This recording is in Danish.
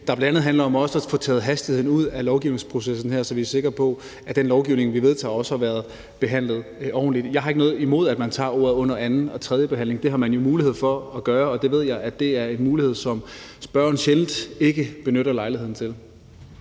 der bl.a. også handler om at få taget hastigheden ud af lovgivningsprocessen her, så vi er sikre på, at den lovgivning, vi vedtager, også har været behandlet ordentligt. Jeg har ikke noget imod, at man tager ordet under anden- og tredjebehandling. Det har man jo mulighed for at gøre, og det ved jeg er en mulighed, som spørgeren sjældent ikke benytter lejligheden til